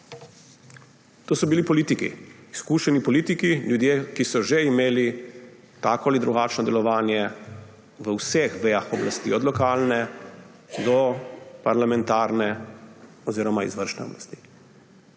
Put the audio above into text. To so bili politiki, izkušeni politiki, ljudje, ki so že imeli tako ali drugačno delovanje v vseh vejah oblasti, od lokalne do parlamentarne oziroma izvršne oblasti.